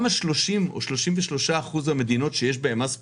גם 33% המדינות שיש בהן מס פחמן,